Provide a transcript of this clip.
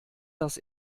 das